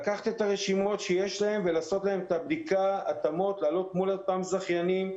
לקחתי את הרשימות ולעשות להם את הבדיקה ואת ההתאמות מול אותם זכיינים,